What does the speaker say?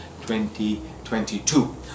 2022